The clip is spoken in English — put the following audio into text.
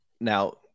now